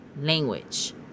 language